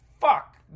fuck